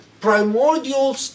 Primordial